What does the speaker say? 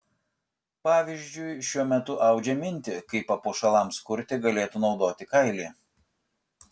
pavyzdžiui šiuo metu audžia mintį kaip papuošalams kurti galėtų naudoti kailį